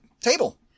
table